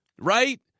Right